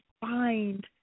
find